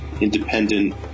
Independent